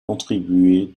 contribuer